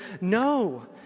No